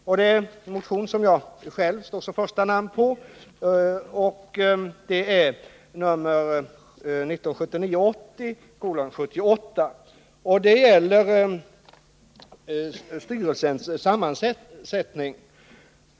När det gäller denna motion, 1979/80:78, är jag själv huvudmotionär. I motionen behandlas styrelsens sammansättning.